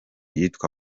yitwa